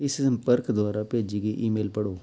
ਇਸ ਸੰਪਰਕ ਦੁਆਰਾ ਭੇਜੀ ਗਈ ਈਮੇਲ ਪੜ੍ਹੋ